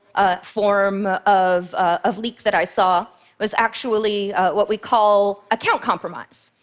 a form of of leak that i saw was actually what we call account compromise.